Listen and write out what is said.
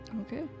Okay